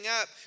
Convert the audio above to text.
up